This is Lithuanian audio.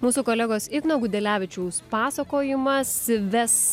mūsų kolegos igno gudelevičiaus pasakojimas ves